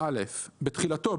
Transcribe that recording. - בתחילתו,